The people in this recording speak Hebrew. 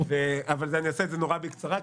אבל אני אעשה את זה נורא בקצרה,